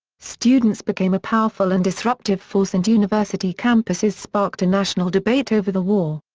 students became a powerful and disruptive force and university campuses sparked a national debate over the war.